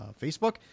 Facebook